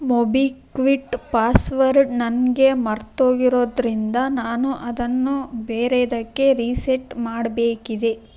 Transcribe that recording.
MobiKwik password ನನಗೆ ಮರ್ತೋಗಿರೋದ್ರಿಂದ ನಾನು ಅದನ್ನು ಬೇರೆಯದಕ್ಕೆ ರೀಸೆಟ್ ಮಾಡಬೇಕಿದೆ